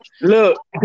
look